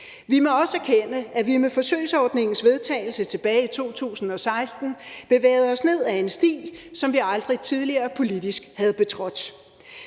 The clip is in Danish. Vi må også erkende, at vi med forsøgsordningens vedtagelse tilbage i 2016 bevægede os ned ad en sti, som vi aldrig tidligere politisk havde betrådt.